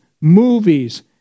movies